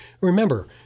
Remember